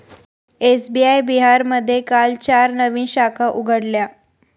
SBI बिहारमध्ये काल चार नवीन शाखा उघडल्या